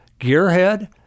gearhead